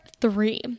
three